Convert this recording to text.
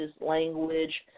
language